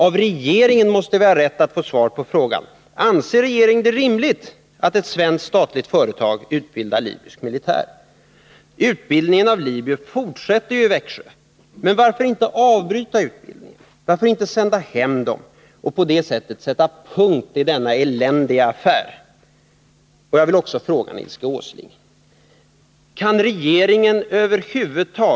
Av regeringen måste vi ha rätt att få svar på frågan: Anser regeringen det rimligt att ett svenskt statligt företag utbildar libysk militär? Utbildningen av libyer fortsätter ju i Växjö. Men varför inte avbryta utbildningen? Varför inte sända hem dem och på det sättet sätta punkt i denna eländiga affär?